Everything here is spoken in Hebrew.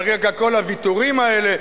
על רקע כל הוויתורים האלה,